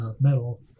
metal